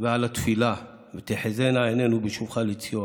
ועל התפילה, "ותחזינה עינינו בשובך לציון".